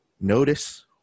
notice